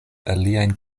aliajn